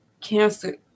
cancer